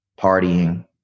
partying